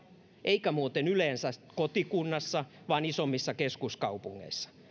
eikä muuten yleensä kotikunnassa vaan isommissa keskuskaupungeissa